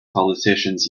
politicians